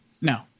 no